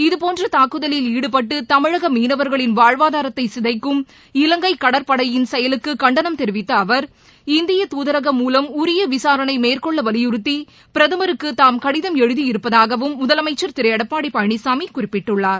இதுபோன்ற தாக்குதலில் ஈடுபட்டு தமிழக மீனவர்களின் வாழ்வாதாரத்தை சிதைக்கும் இலங்கை கடற்படையின் செயலுக்கு கண்டனம் தெரிவித்த அவர் இந்திய தூதரகம் மூலம் உரிய விசாரணை மேற்கொள்ள வலிபுறுத்தி பிரதமருக்கு தாம் கடிதம் எழுதியிருப்பதாகவும் முதலமைச்சர் திரு எடப்பாடி பழனிசாமி குறிப்பிட்டுள்ளார்